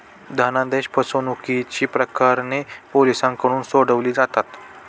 धनादेश फसवणुकीची प्रकरणे पोलिसांकडून सोडवली जातात